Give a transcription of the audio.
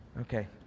Okay